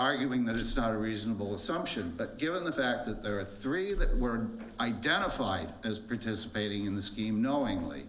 arguing that it's not a reasonable assumption but given the fact that there are three that were identified as participating in the scheme knowingly